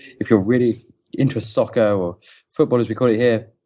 if you're really into soccer or football, as we call it here,